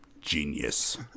genius